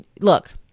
look